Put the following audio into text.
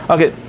Okay